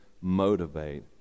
motivate